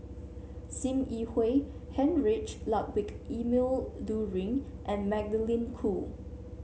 Sim Yi Hui Heinrich Ludwig Emil Luering and Magdalene Khoo